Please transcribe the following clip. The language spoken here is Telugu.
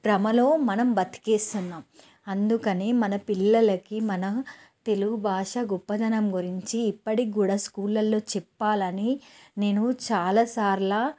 భ్రమలో మనం బతికేస్తున్నాం అందుకని మన పిల్లలకి మన తెలుగు భాష గొప్పతనం గురించి ఇప్పడికి కూడా స్కూళ్ళల్లో చెప్పాలని నేను చాలా సార్లు